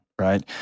right